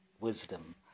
wisdom